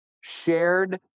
shared